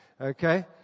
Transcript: Okay